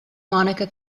monica